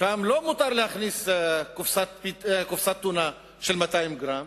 שם לא מותר להכניס קופסת טונה של 200 גרם,